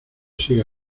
siga